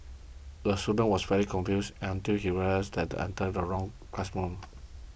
the student was very confused until he realised he entered the wrong classroom